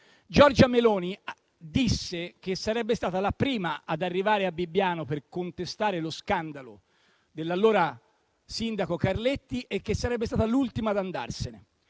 Giorgia Meloni disse che sarebbe stata la prima ad arrivare a Bibbiano per contestare lo scandalo dell'allora sindaco Carletti e che sarebbe stata l'ultima ad andarsene.